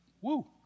Woo